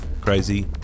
Crazy